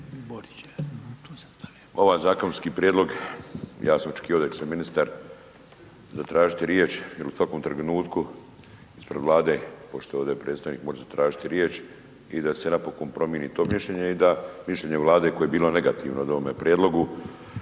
Ovaj zakonski prijedlog ja sam očekivao da će se ministar zatražiti riječ jer u svakom trenutku ispred Vlade, pošto ovdje predstavnik može zatražiti riječ i da se napokon promijeni to mišljenje i da mišljenje Vlade koje je bilo negativno o ovome prijedlogu